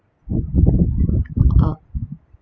uh